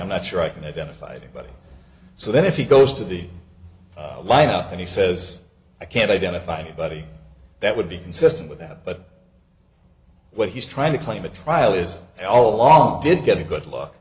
i'm not sure i can identify the body so that if he goes to the lineup and he says i can't identify anybody that would be consistent with that but what he's trying to claim a trial is all along did get a good luck